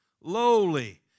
lowly